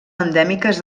endèmiques